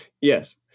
Yes